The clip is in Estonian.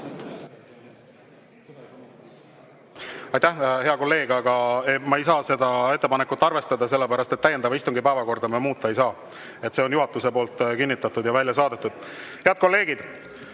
Aitäh, hea kolleeg! Ma ei saa seda ettepanekut arvestada, sest täiendava istungi päevakorda me muuta ei saa. See on juhatuse poolt kinnitatud ja välja saadetud. Head kolleegid,